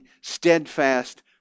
steadfast